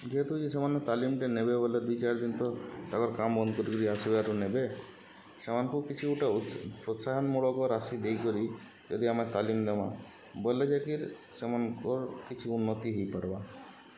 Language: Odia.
ଯେହେତୁ ଯେ ସେମାନେ ତାଲିମଟେ ନେବେ ବୋଲେ ଦୁଇ ଚାରି ଦିନ ତ ତାଙ୍କର କାମ ବନ୍ଦ କରିକିରି ଆସିକି ଏଠୁ ନେବେ ସେମାନଙ୍କୁ କିଛି ଗୋଟେ ପ୍ରୋତ୍ସାହନମୂଳକ ରାଶି ଦେଇକରି ଯଦି ଆମେ ତାଲିମ ନେମା ବୋଲେ ଯାକି ସେମାନଙ୍କ କିଛି ଉନ୍ନତି ହେଇପାର୍ବା